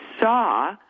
saw